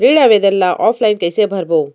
ऋण आवेदन ल ऑफलाइन कइसे भरबो?